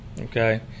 Okay